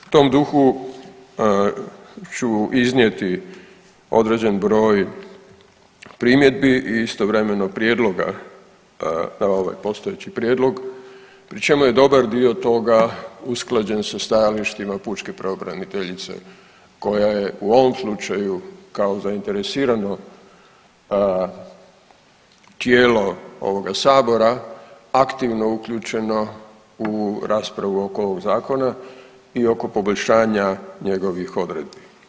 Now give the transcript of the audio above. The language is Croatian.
U tom duhu ću iznijeti određen broj primjedbi i istovremeno prijedloga na ovaj postojeći prijedlog, pri čemu je dobar dio toga usklađen sa stajalištima pučke pravobraniteljice koja je u ovom slučaju kao zainteresirano tijelo ovoga sabora aktivno uključeno u raspravu oko ovog zakona i oko poboljšanja njegovih odredbi.